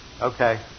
Okay